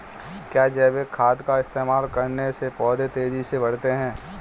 क्या जैविक खाद का इस्तेमाल करने से पौधे तेजी से बढ़ते हैं?